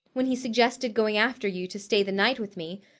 when he suggested going after you to stay the night with me,